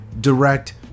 direct